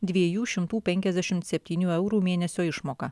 dviejų šimtų penkiasdešimt septynių eurų mėnesio išmoka